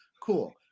cool